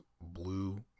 blue